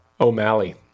O'Malley